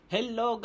Hello